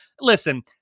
Listen